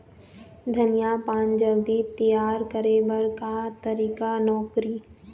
धनिया पान जल्दी तियार करे बर का तरीका नोकरी?